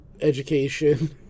Education